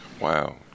Wow